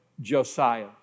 Josiah